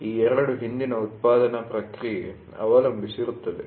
ಈ ಎರಡು ಹಿಂದಿನ ಉತ್ಪಾದನಾ ಪ್ರಕ್ರಿಯೆಪ್ರಾಸೆಸ್'ನಲ್ಲಿ ಅವಲಂಬಿಸಿರುತ್ತದೆ